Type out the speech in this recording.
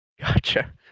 Gotcha